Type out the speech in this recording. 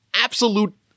absolute